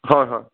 হয় হয়